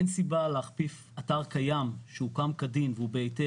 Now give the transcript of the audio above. אין סיבה להכפיף אתר קיים שהוקם כדין והוא בהיתר,